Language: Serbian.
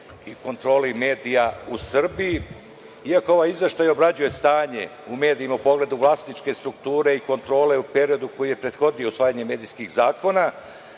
i kontroli medija u Srbiji. Iako ovaj izveštaj obrađuje stanje u medijima u pogledu vlasničke strukture i kontrole u periodu koji je prethodio usvajanjem medijskih zakona,